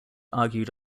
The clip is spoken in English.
argued